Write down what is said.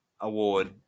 Award